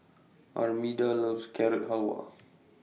Armida loves Carrot Halwa